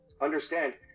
understand